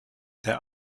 der